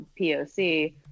POC